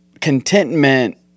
contentment